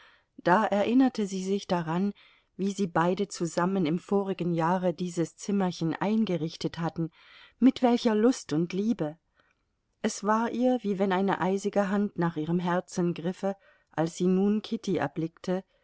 da erinnerte sie sich daran wie sie beide zusammen im vorigen jahre dieses zimmerchen eingerichtet hatten mit welcher lust und liebe es war ihr wie wenn eine eisige hand nach ihrem herzen griffe als sie nun kitty erblickte